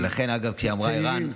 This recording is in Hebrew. צעירים,